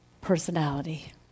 personality